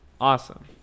Awesome